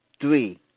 three